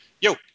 yo